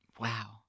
Wow